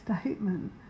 statement